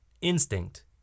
instinct